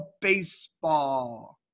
baseball